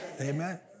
Amen